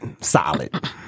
solid